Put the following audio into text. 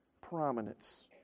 prominence